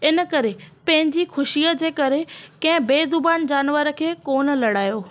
इन करे पंहिंजी ख़ुशीअ जे करे कंहिं बेज़ुबान जानवर खे कोन लड़ायो